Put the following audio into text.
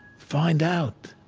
find out?